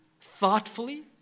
thoughtfully